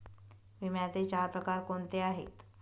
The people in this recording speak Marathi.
विम्याचे चार प्रकार कोणते आहेत?